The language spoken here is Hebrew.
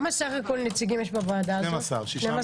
זה לא